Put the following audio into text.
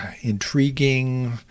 intriguing